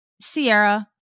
Sierra